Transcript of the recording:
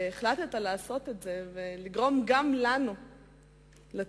החלטת לעשות את זה ולגרום גם לנו לתת